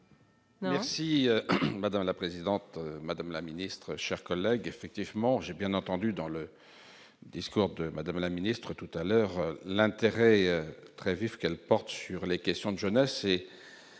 Merci dans la présidente, madame la ministre, chers collègues, effectivement, j'ai bien entendu dans le discours de Madame la Ministre tout à l'heure, l'intérêt très vif qu'elle porte sur les questions de jeunesse